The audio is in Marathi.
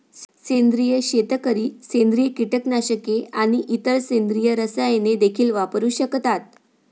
सेंद्रिय शेतकरी सेंद्रिय कीटकनाशके आणि इतर सेंद्रिय रसायने देखील वापरू शकतात